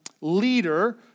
leader